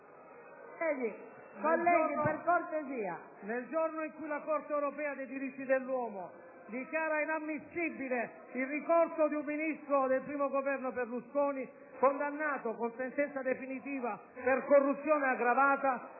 Nel giorno in cui la Corte europea dei diritti dell'uomo dichiara inammissibile il ricorso di un Ministro del I Governo Berlusconi, condannato con sentenza definitiva per corruzione aggravata,